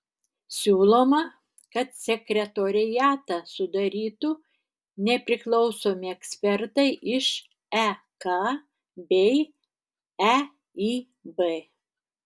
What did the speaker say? siūloma kad sekretoriatą sudarytų nepriklausomi ekspertai iš ek bei eib